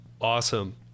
Awesome